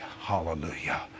hallelujah